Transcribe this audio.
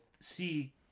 see